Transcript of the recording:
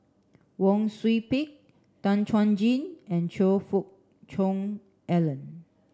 Wang Sui Pick Tan Chuan Jin and Choe Fook Cheong Alan